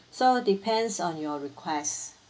so depends on your request